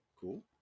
Cool